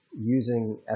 using